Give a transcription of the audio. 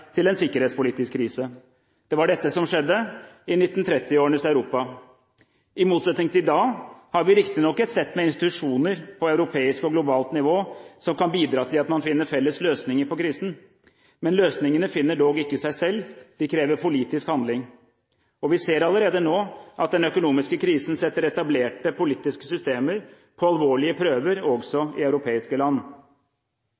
til en sikkerhetspolitisk krise. Det var dette som skjedde i 1930-årenes Europa. I motsetning til da har vi riktignok et sett med institusjoner på europeisk og globalt nivå som kan bidra til at man finner felles løsninger på krisen. Men løsningene finner dog ikke seg selv, de krever politisk handling. Vi ser allerede nå at den økonomiske krisen setter etablerte politiske systemer på alvorlige prøver, også